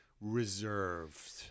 reserved